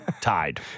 tied